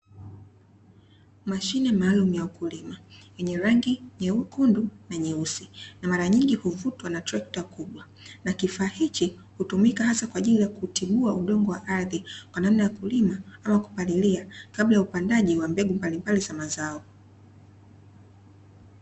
Mashine maalumu ya mkulima yenye rangj nyekundu na nyeusi, na mara nyingi huvutwa na trekta, na kifaa hiki hutumika hasa kwa ajili ya kutibua udongo wa ardhi, kwa namna ya kulima au kupalilia kabla ya upandaji wa mbegu mbalimbali za mazao.